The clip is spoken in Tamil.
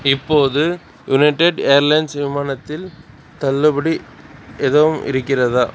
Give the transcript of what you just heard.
இப்போது யுனைடெட் ஏர்லைன்ஸ் விமானத்தில் தள்ளுபடி எதுவும் இருக்கிறதா